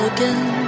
Again